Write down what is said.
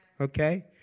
Okay